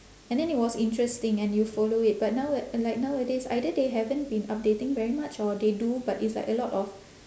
and then it was interesting and you follow it but now like nowadays either they haven't been updating very much or they do but it's like a lot of